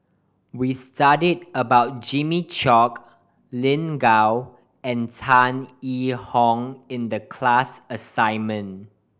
we studied about Jimmy Chok Lin Gao and Tan Yee Hong in the class assignment